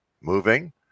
moving